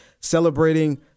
celebrating